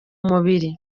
mubiri